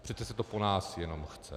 Přece se to po nás jenom chce.